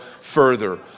further